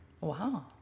wow